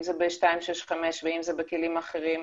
אם זה ב-265 ואם זה בכלים אחרים.